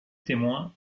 témoin